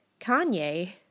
Kanye